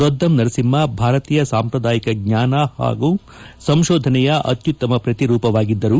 ರೊದ್ದಂ ನರಸಿಂಹ ಭಾರತೀಯ ಸಾಂಪ್ರದಾಯಿಕ ಜ್ಞಾನ ಹಾಗೂ ಸಂಶೋಧನೆಯ ಅತ್ಯುತ್ತಮ ಪ್ರತಿರೂಪವಾಗಿದ್ದರು